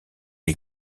est